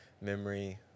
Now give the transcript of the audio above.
memory